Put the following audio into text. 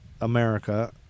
America